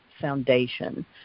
foundation